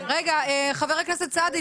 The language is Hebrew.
הכנסת סעדי,